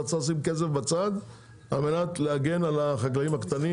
אתה צריך לשים כסף בצד על מנת להגן על החקלאים הקטנים